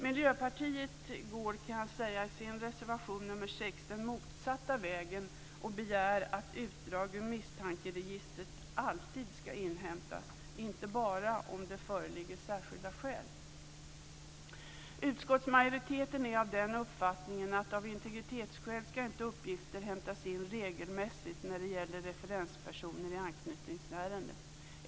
Miljöpartiet går i sin reservation nr 6 den motsatta vägen och begär att utdrag ur misstankeregistret alltid ska inhämtas, inte bara om det föreligger särskilda skäl. Utskottsmajoriteten är av den uppfattningen att av integritetsskäl ska uppgifter inte hämtas in regelmässigt när det gäller referenspersoner i anknytningsärenden.